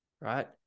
right